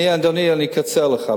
אדוני, אני אקצר לך.